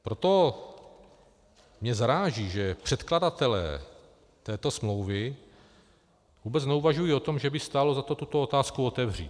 Proto mě zaráží, že předkladatelé této smlouvy vůbec neuvažují o tom, že by stálo za to tuto otázku otevřít.